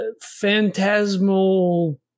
phantasmal